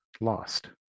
lost